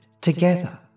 together